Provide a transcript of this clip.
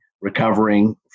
recovering